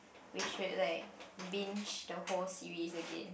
we should like binge the whole series again